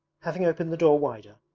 having opened the door wider,